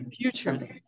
futures